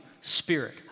spirit